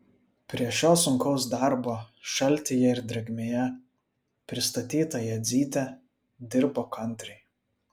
prie šio sunkaus darbo šaltyje ir drėgmėje pristatyta jadzytė dirbo kantriai